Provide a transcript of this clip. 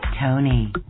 Tony